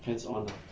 hands on